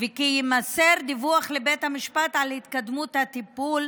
וכי יימסר דיווח לבית המשפט על התקדמות הטיפול.